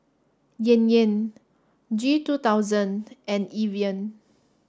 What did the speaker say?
Yan Yan G two thousand and Evian